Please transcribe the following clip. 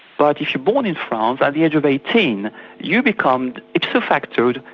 but if you're born in france, at the age of eighteen you become ipso facto,